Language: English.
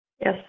yes